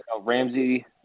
Ramsey